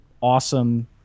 awesome